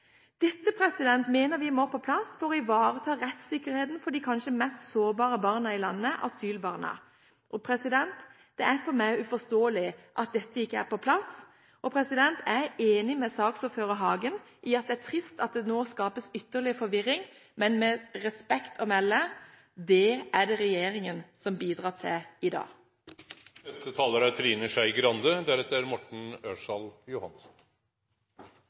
Dette mener vi må på plass for å ivareta rettssikkerheten til de kanskje mest sårbare barna i landet – asylbarna. Det er uforståelig for meg at dette ikke er på plass, og jeg er enig med saksordfører Aksel Hagen i at det er trist at det nå skapes ytterligere forvirring. Men det er det – med respekt å melde – regjeringen som bidrar til i dag. Jeg er